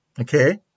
Okay